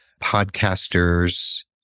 podcasters